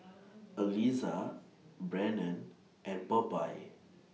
Aliza Brannon and Bobbye